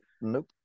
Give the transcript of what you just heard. Nope